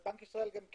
וגם בנק ישראל אומר,